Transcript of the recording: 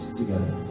together